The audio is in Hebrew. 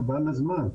אז חבל על הזמן,